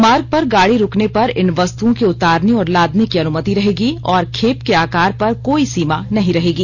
मार्ग पर गाड़ी रुकने पर इन वस्तुओं के उतारने और लादने की अनुमति रहेगी और खेप के आकार पर कोई सीमा नहीं रहेगी